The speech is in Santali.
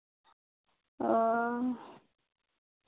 ᱚᱸᱻ